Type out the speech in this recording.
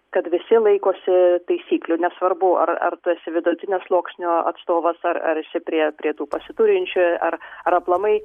kad visi laikosi taisyklių nesvarbu ar ar tu esi vidutinio sluoksnio atstovas ar ar esi prie prie tų pasiturinčių ar ar aplamai